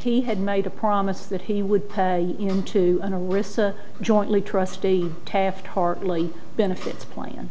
he had made a promise that he would put into jointly trustee taft hartly benefit plan